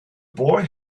boy